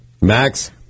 Max